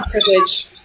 privilege